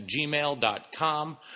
gmail.com